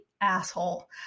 asshole